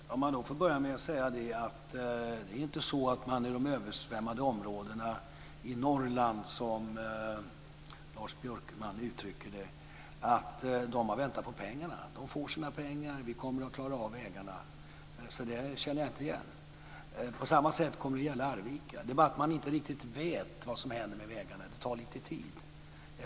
Fru talman! Jag vill börja med att säga att det inte är så att man i de översvämmade områdena i Norrland, som Lars Björkman uttrycker det, har väntat på pengarna. De får sina pengar. Vi kommer att klara av ägarna. Det han säger känner jag inte igen. Detsamma kommer att gälla Arvika. Det är bara det att man inte riktigt vet vad som händer med vägarna. Det tar lite tid.